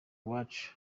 iwacu